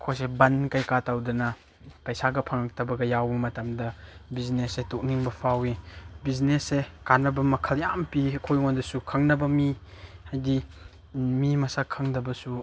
ꯑꯩꯈꯣꯏꯁꯦ ꯕꯟ ꯀꯩꯀꯥ ꯇꯧꯗꯅ ꯄꯩꯁꯥꯒ ꯐꯪꯉꯛꯇꯕꯒ ꯌꯥꯎꯕ ꯃꯇꯝꯗ ꯕꯤꯖꯤꯅꯦꯁꯁꯦ ꯇꯣꯛꯅꯤꯡꯕ ꯐꯥꯎꯏ ꯕꯤꯖꯤꯅꯦꯁꯁꯦ ꯀꯥꯟꯅꯕ ꯃꯈꯜ ꯌꯥꯝ ꯄꯤ ꯑꯩꯈꯣꯏ ꯑꯩꯉꯣꯟꯗꯁꯨ ꯈꯪꯅꯕ ꯃꯤ ꯍꯥꯏꯗꯤ ꯃꯤ ꯃꯁꯛ ꯈꯪꯗꯕꯁꯨ